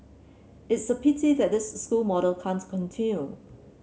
it's a pity that this school model can't continue